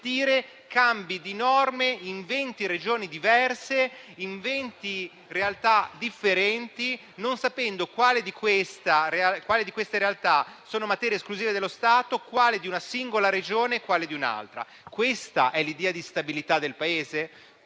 cambi di norme in venti Regioni diverse, in venti realtà differenti, non sapendo quali di queste realtà sono materia esclusiva dello Stato, quali di una singola Regione e quali di un'altra. Questa è l'idea di stabilità del Paese?